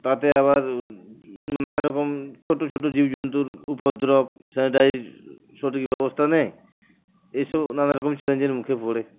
তাতে আবার নানারকম ছোটো ছোটো জীবজন্তুর উপদ্রব স্যানিটাইজ সঠিক ব্যবস্থা নেয় এসব নানারকম চ্যালেঞ্জের মুখে পড়ে